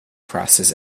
crosses